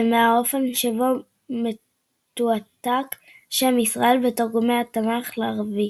ומהאופן שבו מתועתק השם "ישראל" בתרגומי התנ"ך לערבית.